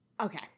Okay